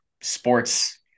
sports